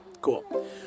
Cool